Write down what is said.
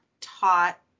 taught